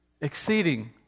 exceeding